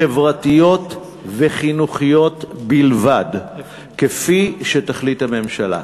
חברתיות וחינוכיות בלבד כפי שתחליט הממשלה.